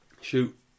Shoot